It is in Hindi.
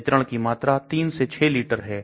वितरण की मात्रा 3 से 6 लीटर है